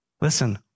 listen